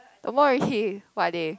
no more already what are they